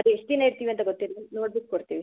ಅದು ಎಷ್ಟು ದಿನ ಇರ್ತೀವಿ ಅಂತ ಗೊತ್ತಿಲ್ಲ ನೋಡ್ಬಿಟ್ಟು ಕೊಡ್ತೀವಿ